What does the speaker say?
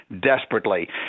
desperately